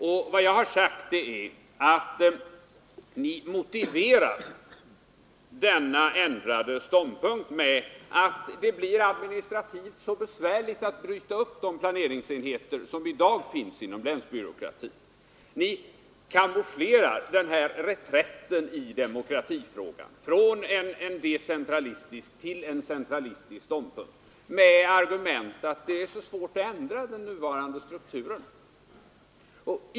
Och vad jag sagt är att ni motiverar denna er ändrade ståndpunkt med att det blir administrativt besvärligt att bryta upp de planeringsenheter som i dag finns inom länsbyråkratin. Och ni kamouflerar er reträtt i demokratifrågan, från en decentralistisk till en centralistisk ståndpunkt, med argumentet att det är så svårt att ändra den nuvarande strukturen.